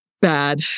Bad